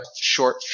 short